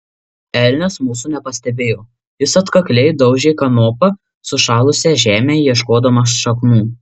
elnias mūsų nepastebėjo jis atkakliai daužė kanopa sušalusią žemę ieškodamas šaknų